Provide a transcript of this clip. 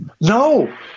No